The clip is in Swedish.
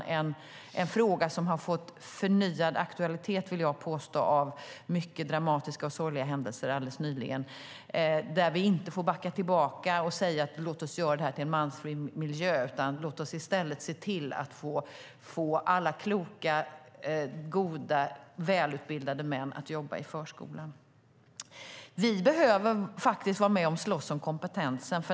Det är en fråga som har fått förnyad aktualitet, vill jag påstå, av mycket dramatiska och sorgliga händelser alldeles nyligen. Men vi får inte backa tillbaka och säga att vi ska göra förskolan till en mansfri miljö. Låt oss i stället se till att vi får kloka, goda och välutbildade män att vilja jobba i förskolan. Vi behöver faktiskt vara med och slåss om kompetensen.